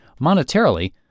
Monetarily